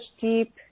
deep